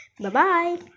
Bye-bye